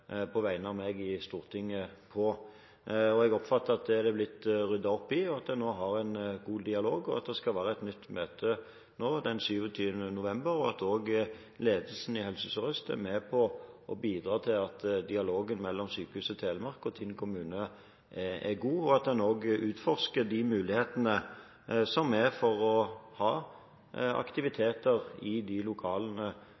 på vegne av meg – i Stortinget. Jeg oppfatter det slik at dette er det blitt ryddet opp i, at en nå har en god dialog, at det skal være et nytt møte den 27. november, at også ledelsen i Helse Sør-Øst er med på å bidra til at dialogen mellom Sykehuset Telemark og Tinn kommune er god, og at en også utforsker mulighetene for å ha aktiviteter i de lokalene i Rjukan sykehus som